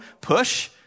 push